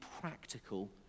practical